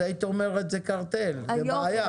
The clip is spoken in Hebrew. אז היית אומרת, זה קרטל, זו בעיה.